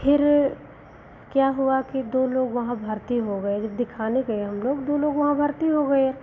फिर क्या हुआ कि दो लोग वहाँ भर्ती हो गए जब दिखाने गए हम लोग दो लोग वहाँ भर्ती हो गए